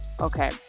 Okay